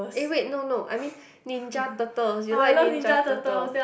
eh wait no no I mean Ninja Turtles you like Ninja Turtle